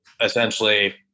essentially